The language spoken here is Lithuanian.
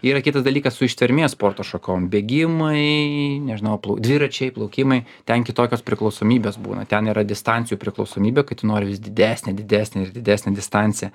yra kitas dalykas su ištvermės sporto šakom bėgimai nežinau dviračiai plaukimai ten kitokios priklausomybės būna ten yra distancijų priklausomybė tu nori vis didesnę didesnę ir didesnę distanciją